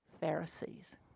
Pharisees